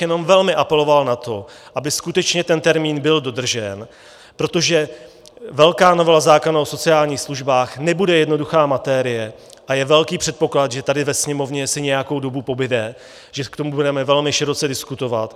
Jenom bych velmi apeloval na to, aby skutečně ten termín byl dodržen, protože velká novela zákona o sociálních službách nebude jednoduchá materie a je velký předpoklad, že tady ve Sněmovně si nějakou dobu pobude, že k tomu budeme velmi široce diskutovat.